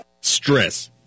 Stress